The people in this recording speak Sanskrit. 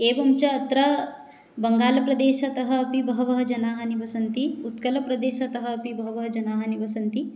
एवं च अत्र बङ्गालप्रदेशतः अपि बहवः जनाः निवसन्ति उत्कलप्रदेशतः अपि बहवः जनाः निवसन्ति